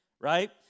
Right